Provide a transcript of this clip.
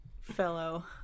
fellow